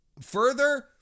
further